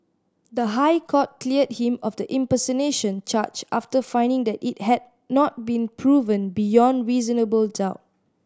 the High Court cleared him of the impersonation charge after finding that it had not been proven beyond reasonable doubt